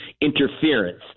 interference